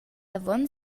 avon